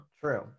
True